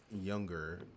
younger